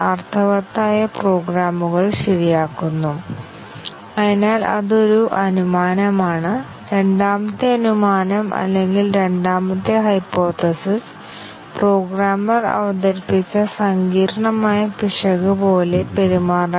test കേസുകൾക്ക് അവ കണ്ടെത്താൻ കഴിയുന്നില്ലെങ്കിൽ കൂടുതൽ ടെസ്റ്റ് കേസുകൾ ചേർത്ത് ഞങ്ങൾ ടെസ്റ്റ് കേസുകൾ ശക്തിപ്പെടുത്തുന്നു